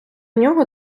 нього